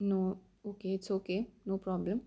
no okay it's okay no problem